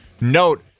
note